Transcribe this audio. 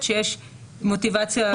שיש מוטיבציה לתבוע את המדינה.